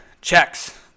checks